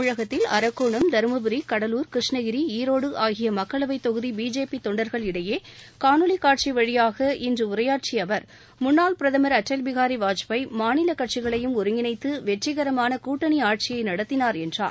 தமிழகத்தில் அரக்கோணம் தர்மபரி கடலூர் கிருஷ்ணகிரி ஈரோடு ஆகிய மக்களவை தொகுதி பிஜேபி தொண்டர்கள் இடையே காணொலி காட்சி வழியாக இன்று உரையாற்றிய அவர் முன்னாள் பிரதுர் அடல் பிகாரி வாஜ்பாய் மாநில கட்சிகளையும் ஒருங்கிணைத்து வெற்றிகரமான கூட்டணி ஆட்சியை நடத்தினார் என்றார்